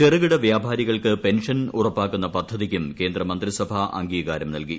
ചെറുകിട വ്യാപാരികൾക്ക് പെൻഷൻ ഉറപ്പാക്കുന്ന പദ്ധതിക്കും കേന്ദ്ര മന്ത്രിസഭ അംഗീകാരം നൽകി